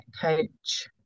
Coach